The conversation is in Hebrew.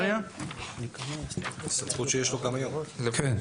זו סמכות שיש לו גם היום.